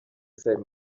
same